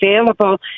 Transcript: available